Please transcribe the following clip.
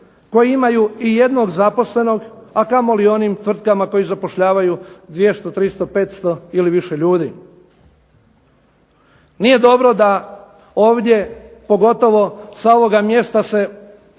koji imaju jednog zaposlenog a kamoli onim tvrtkama koji zapošljavaju 200, 300, 500 ili više ljudi. Nije dobro da ovdje, pogotovo s ovoga mjesta se